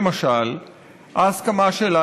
אדוני יושב-ראש ועדת הכנסת,